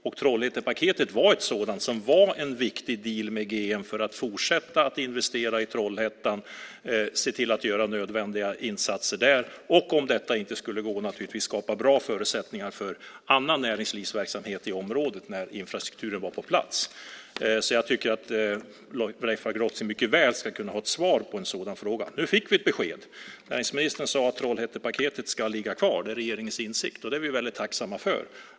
Och Trollhättepaketet var en sådan fråga och en viktig deal med GM om att fortsätta investera i Trollhättan, se till att göra nödvändiga insatser där, och att, om detta inte skulle gå, naturligtvis skapa bra förutsättningar för annan näringslivsverksamhet i området när infrastrukturen var på plats. Jag tycker därför att Leif Pagrotsky mycket väl ska kunna få ett svar på en sådan fråga. Nu fick vi ett besked. Näringsministern sade att Trollhättepaketet ska ligga kvar, att det är regeringens avsikt, och det är vi väldigt tacksamma för.